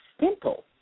simple